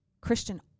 Christian